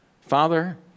Father